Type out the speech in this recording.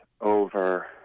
over